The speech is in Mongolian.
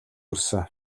хүрсэн